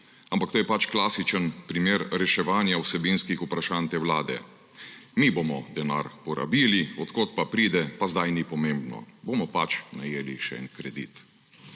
Ampak to je pač klasičen primer reševanja vsebinskih vprašanj te vlade, češ, mi bomo denar porabili, od kod pa pride, pa zdaj ni pomembno, bomo pač najeli še en kredit.